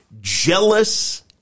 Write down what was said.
jealous